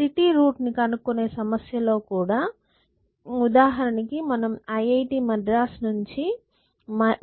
city route ని కనుగొనే సమస్య లో కూడా ఉదాహరణకి మనం IIT మద్రాస్ నుండి